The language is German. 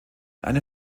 einem